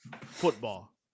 football